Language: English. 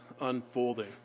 unfolding